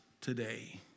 today